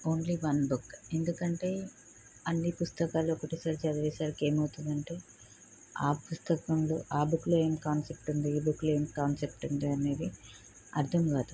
only one book ఎందుకంటే అన్నీ పుస్తకాలు ఒకటేసారి చదివే సరికి ఏమౌతుందంటే ఆ పుస్తకంలో ఆ బుక్లో ఏం కాన్సెప్ట్ ఉంది ఈ బుక్లో ఏం కాన్సెప్ట్ ఉందనేది అర్దం కాదు